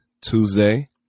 Tuesday